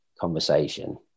conversation